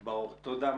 תודה.